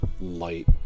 light